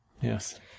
Yes